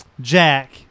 Jack